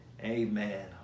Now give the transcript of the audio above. Amen